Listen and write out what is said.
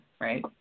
right